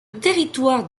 territoire